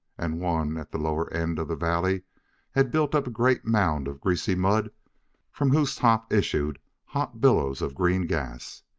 and one, at the lower end of the valley had built up a great mound of greasy mud from whose top issued hot billows of green gas.